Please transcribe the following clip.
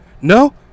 No